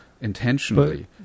intentionally